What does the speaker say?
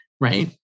right